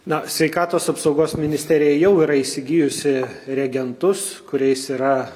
na sveikatos apsaugos ministerija jau yra įsigijusi regentus kuriais yra